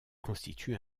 constitue